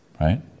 Right